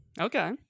Okay